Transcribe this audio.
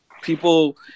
people